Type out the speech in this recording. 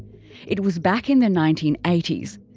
it was back in the nineteen eighty s,